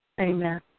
Amen